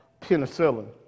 penicillin